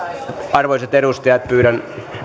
arvoisat edustajat